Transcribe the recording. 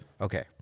Okay